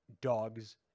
dogs